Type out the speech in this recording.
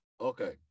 Okay